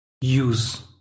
use